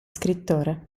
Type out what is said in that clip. scrittore